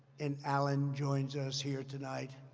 and alan joins us here tonight.